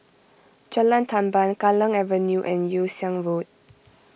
Jalan Tamban Kallang Avenue and Yew Siang Road